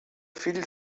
fill